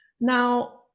Now